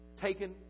taken